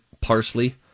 parsley